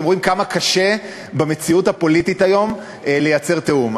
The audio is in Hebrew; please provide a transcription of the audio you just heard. אתם רואים כמה קשה במציאות הפוליטית היום לייצר תיאום.